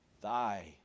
Thy